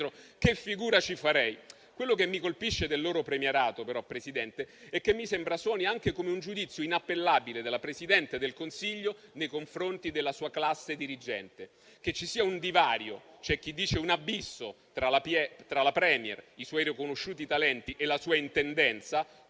Che figura ci farei? Quello che mi colpisce del loro premierato, però, signor Presidente, è che mi sembra esso suoni anche come un giudizio inappellabile del Presidente del Consiglio nei confronti della sua classe dirigente. Che ci sia un divario, qualcuno lo definisce un abisso, tra il *Premier*, i suoi riconosciuti talenti, e la sua intendenza,